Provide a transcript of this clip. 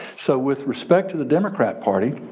so with respect to the democrat party,